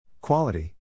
Quality